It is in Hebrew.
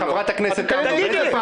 חברת הכנסת תמנו שטה.